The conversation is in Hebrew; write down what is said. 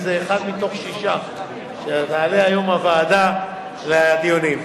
וזה אחד מתוך שישה שתעלה היום הוועדה לדיונים.